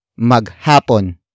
maghapon